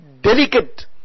delicate